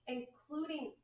Including